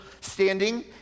standing